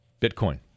Bitcoin